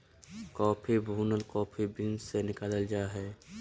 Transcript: coffee भुनल coffee beans से निकालल जा हइ